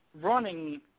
running